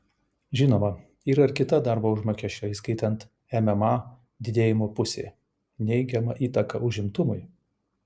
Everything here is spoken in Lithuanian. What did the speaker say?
žinoma yra ir kita darbo užmokesčio įskaitant mma didėjimo pusė neigiama įtaka užimtumui